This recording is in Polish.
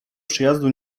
przyjazdu